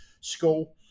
school